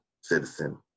citizen